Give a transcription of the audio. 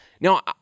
Now